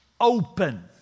open